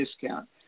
discount